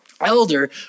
Elder